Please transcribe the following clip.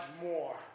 more